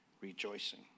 rejoicing